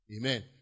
Amen